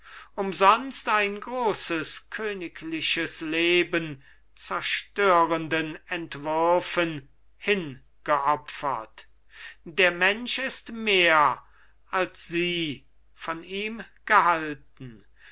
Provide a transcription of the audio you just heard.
umsonst ein großes königliches leben zerstörenden entwürfen hingeopfert der mensch ist mehr als sie von ihm gehalten